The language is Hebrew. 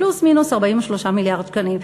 פלוס מינוס 43 מיליארד שקלים.